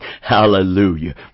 hallelujah